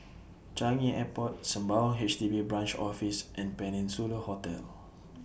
Changi Airport Sembawang H D B Branch Office and Peninsula Hotel